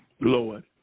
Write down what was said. Lord